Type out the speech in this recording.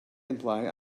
imply